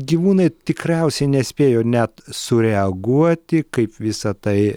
gyvūnai tikriausiai nespėjo net sureaguoti kaip visa tai